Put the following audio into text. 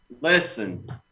listen